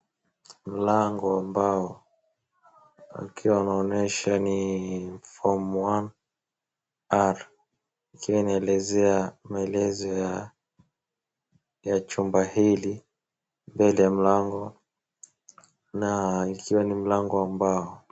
Mlango ambao akiwa anaonesha ni form one R ikiwa inaelezea maelezo ya chumba hili mbele ya mlango na ikiwa ni mlango wa mbao.